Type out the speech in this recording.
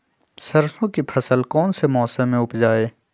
सरसों की फसल कौन से मौसम में उपजाए?